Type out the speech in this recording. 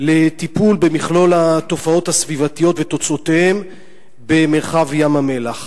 לטיפול במכלול התופעות הסביבתיות ותוצאותיהן במרחב ים-המלח?